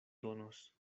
donos